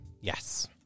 Yes